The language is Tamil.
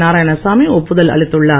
நாராயணசாமி ஒப்புதல் அளித்துள்ளார்